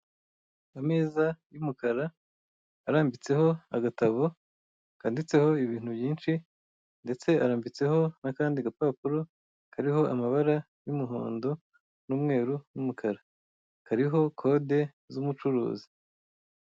Ameza y'umukara arambitseho agatabo kanditseho ibintu byinshi ndetse arambitseho n'akandi gapapuro kariho amabara y'umuhondo, n'umweru, n'umukara kariho kode z'umucuruzi.